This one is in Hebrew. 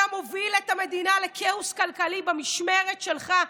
אתה מוביל את המדינה לכאוס כלכלי במשמרת שלך.